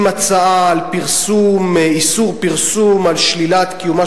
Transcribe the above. עם הצעה על איסור פרסום על שלילת קיומה